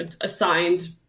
assigned